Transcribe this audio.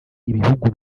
ibihugu